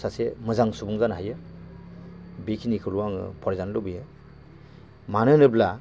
सासे मोजां सुबुं जानो हायो बेखिनिखौल' आङो फरायजानो लुबैयो मानो होनोब्ला